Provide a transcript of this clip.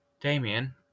Damien